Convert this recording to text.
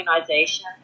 organization